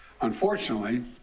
Unfortunately